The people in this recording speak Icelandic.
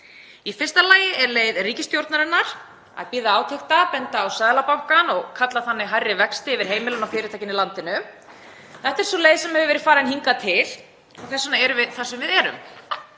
Í fyrsta lagi leið ríkisstjórnarinnar: Að bíða átekta, benda á Seðlabankann og kalla þannig hærri vexti yfir heimilin og fyrirtækin í landinu. Þetta er sú leið sem hefur verið farin hingað til og þess vegna erum við þar sem við erum.